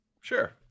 sure